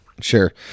Sure